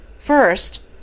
First